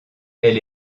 elle